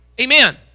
Amen